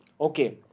Okay